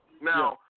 Now